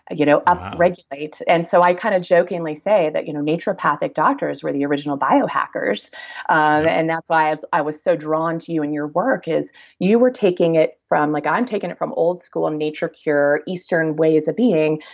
ah you know upregulate, and so i kind of jokingly say that you know naturopathic doctors were the original biohackers and that's why i was so drawn to you and your work is you were taking it from like i'm taking it from old school, um nature cure, eastern ways of being.